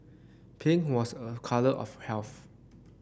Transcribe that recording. pink was a colour of health